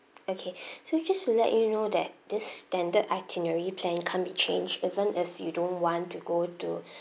okay so just to let you know that this standard itinerary plan can't be changed even if you don't want to go to